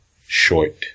short